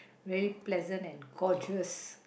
very pleasant and courteous